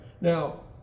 Now